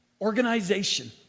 organization